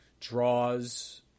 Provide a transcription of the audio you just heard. draws